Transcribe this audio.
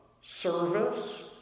service